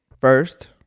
first